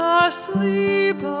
asleep